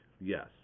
Yes